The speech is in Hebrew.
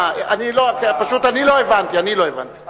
אה, כי פשוט אני לא הבנתי, אני לא הבנתי.